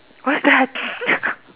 what's that